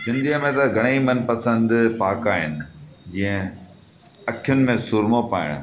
सिंधीअ में त घणेई मनपसंदि पहाका आहिनि जीअं अखियुनि में सुरमो पाइणु